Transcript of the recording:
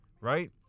Right